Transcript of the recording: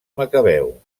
macabeu